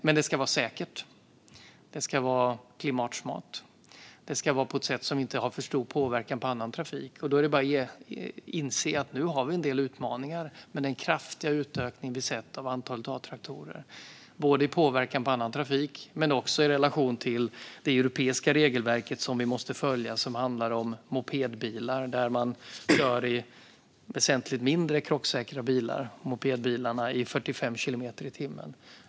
Men det ska vara säkert och klimatsmart, och det ska ske på ett sätt som inte har för stor påverkan på annan trafik. Det är bara att inse att det finns en del utmaningar med den kraftiga ökning vi sett av antalet A-traktorer, både när det gäller påverkan på annan trafik och i relation till det europeiska regelverk som vi måste följa. Då handlar det om att man kör mopedbilar, som är väsentligt mindre krocksäkra, i 45 kilometer i timmen.